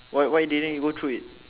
wh~ why didn't you go through it